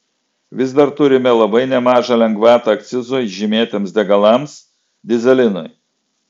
vis dar turime labai nemažą lengvatą akcizui žymėtiems degalams dyzelinui